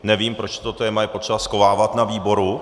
Nevím, proč to téma je třeba schovávat na výboru.